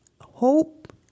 hope